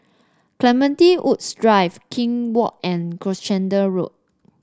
Clementi Woods Drive Kew Walk and Gloucester Road